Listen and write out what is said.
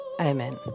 amen